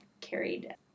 carried